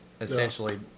essentially